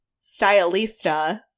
Stylista